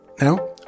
Now